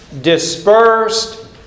dispersed